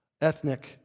ethnic